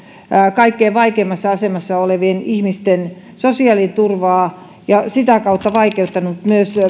kaikkein vaikeimmassa asemassa olevien ihmisten sosiaaliturvaa ja sitä kautta vaikeuttanut myös